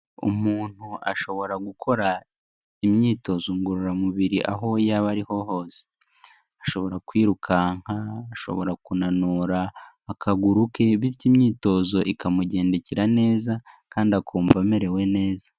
Umuntu ashobora gukora imyitozo ngororamubiri aho yaba ariho hose, ashobora kwirukanka, ashobora kunanura akaguru ke bityo imyitozo ikamugendekera neza kandi akumva amerewe neza.